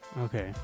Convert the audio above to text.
Okay